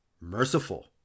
merciful